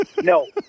No